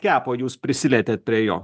teko jūs prisilietėt prie jo